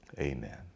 Amen